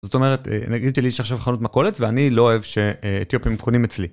זאת אומרת, נגיד לי שיש עכשיו חנות מקולת ואני לא אוהב שאתיופים מתכונים אצלי.